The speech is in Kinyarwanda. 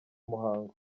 muhango